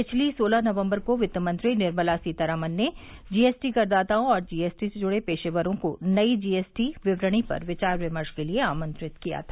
पिछली सोलह नवंबर को वित्त मंत्री निर्मला सीतारमण ने जीएसटी करदाताओं और जीएसटी से जुड़े पेशेवर लोगों को नई जीएसटी विवरणी पर विचार विमर्श के लिए आमंत्रित किया था